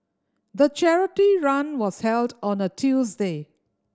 the charity run was held on a Tuesday